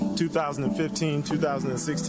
2015-2016